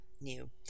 new